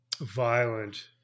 violent